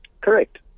Correct